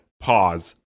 pause